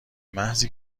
محضی